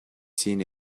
seen